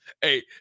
Hey